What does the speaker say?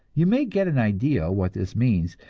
you may get an idea what this means,